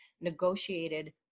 negotiated